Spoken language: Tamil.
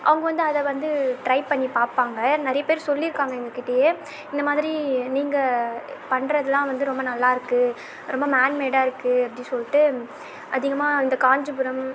அவங்க வந்து அதை வந்து ட்ரை பண்ணி பார்ப்பாங்க நிறைய பேர் சொல்லியிருக்காங்க எங்கக்கிட்டேயே இந்த மாதிரி நீங்கள் பண்ணுறதுலாம் வந்து ரொம்ப நல்லாயிருக்கு ரொம்ப மேன்மேடாக இருக்குது அப்படி சொல்லிட்டு அதிகமாக இந்த காஞ்சிபுரம்